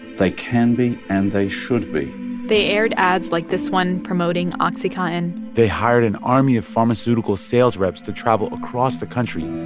they can be and they should be they aired ads like this one promoting oxycontin they hired an army of pharmaceutical sales reps to travel across the country,